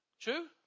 True